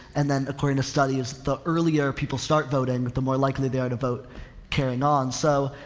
and then, according to studies, the earlier people start voting the more likely they are to vote carrying on. so,